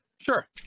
Sure